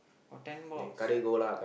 got ten box